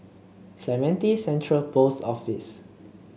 Clementi Central Post Office